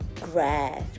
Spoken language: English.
grass